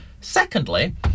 Secondly